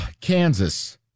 Kansas